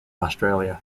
australia